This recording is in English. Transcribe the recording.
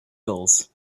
gulls